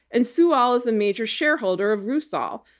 and sual is a major shareholder of rusal,